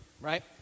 right